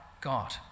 God